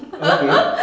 okay